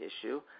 issue